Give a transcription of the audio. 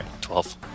Twelve